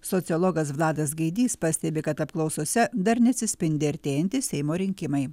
sociologas vladas gaidys pastebi kad apklausose dar neatsispindi artėjantys seimo rinkimai